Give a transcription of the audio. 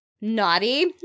naughty